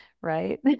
right